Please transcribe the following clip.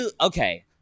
Okay